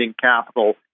capital